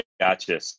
Gotcha